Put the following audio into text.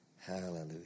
Hallelujah